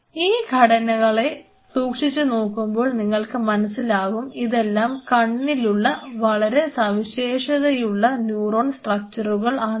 ഈ ഘടനകളേ സൂക്ഷിച്ചു നോക്കുമ്പോൾ നിങ്ങൾക്ക് മനസ്സിലാകും ഇതെല്ലാം കണ്ണിലുള്ള വളരെ സവിശേഷതയുള്ള ന്യൂറോണൽ സ്ട്രക്ച്ചറുകൾ ആണെന്ന്